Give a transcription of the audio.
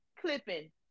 clipping